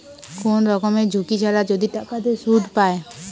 কোন রকমের ঝুঁকি ছাড়া যদি টাকাতে সুধ পায়